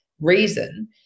reason